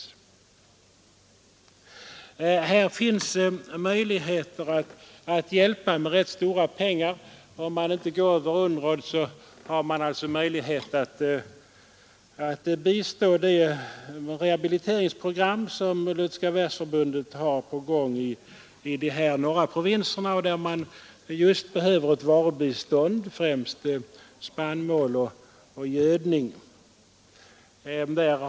Här finns möjligheter att hjälpa till med stora summor. Om man inte går över UNROD kan man stödja det rehabiliteringsprogram som Lutherska världsförbundet har på gång i de norra provinserna och där man just behöver ett varubistånd, främst spannmål och gödningsmedel.